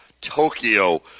Tokyo